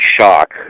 shock